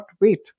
wait